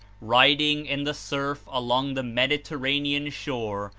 riding in the surf along the mediterranean shore,